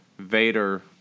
vader